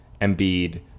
Embiid